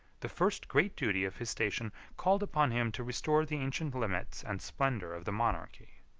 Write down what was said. the first great duty of his station called upon him to restore the ancient limits and splendor of the monarchy.